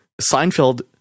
seinfeld